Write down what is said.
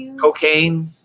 Cocaine